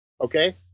Okay